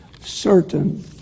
Certain